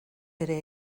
ere